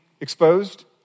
exposed